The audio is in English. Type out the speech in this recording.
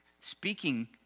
speaking